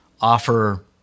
offer